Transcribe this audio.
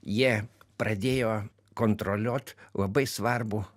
jie pradėjo kontroliuot labai svarbų